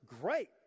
great